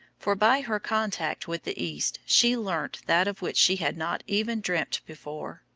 for by her contact with the east she learnt that of which she had not even dreamt before